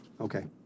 Okay